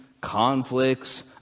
conflicts